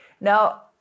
Now